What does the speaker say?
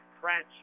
French